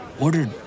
ordered